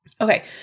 Okay